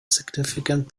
significant